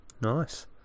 nice